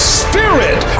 spirit